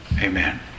Amen